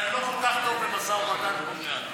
כי אני לא כל כך טוב במשא ומתן כמו שאת.